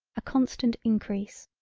a constant increase.